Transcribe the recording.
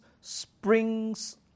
springs